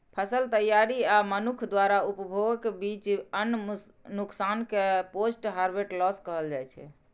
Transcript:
फसल तैयारी आ मनुक्ख द्वारा उपभोगक बीच अन्न नुकसान कें पोस्ट हार्वेस्ट लॉस कहल जाइ छै